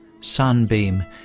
Sunbeam